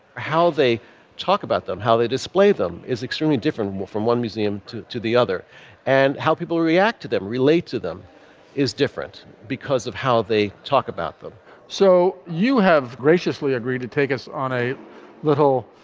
how they talk about them how they display them is extremely different from one museum to to the other and how people react to them relate to them is different because of how they talk about them so you have graciously agreed to take us on a little.